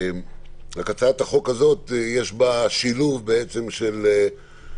בהצעת החוק הזאת יש שילוב של המטרה,